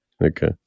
Okay